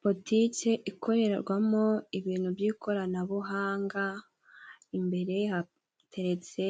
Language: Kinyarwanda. Butike ikorerwamo ibintu by'ikoranabuhanga, imbere hateretse